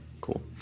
Cool